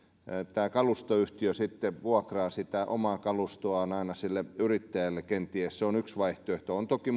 tämä kalustoyhtiö sitten vuokraa sitä omaa kalustoaan aina sille yrittäjälle kenties se on yksi vaihtoehto on toki